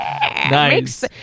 Nice